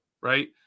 right